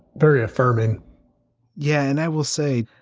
very affirming yeah. and i will say,